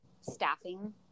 staffing